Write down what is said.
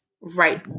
right